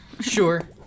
Sure